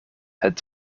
het